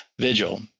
vigil